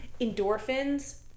endorphins